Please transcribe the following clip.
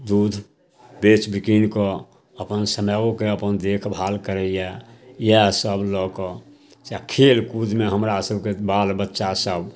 दूध बेच बिकिनकऽ अपन समैओके अपन देखभाल करैए इएहसब लऽ कऽ चाहे खेलकूदमे हमरासभके बाल बच्चासभ